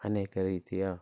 ಅನೇಕ ರೀತಿಯ